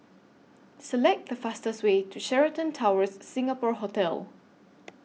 Select The fastest Way to Sheraton Towers Singapore Hotel